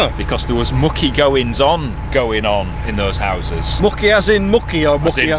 ah because there was mucky goings on going on in those houses. mucky as in mucky ah but yeah